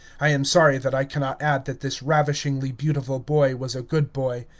i am sorry that i cannot add that this ravishingly beautiful boy was a good boy.